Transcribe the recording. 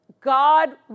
God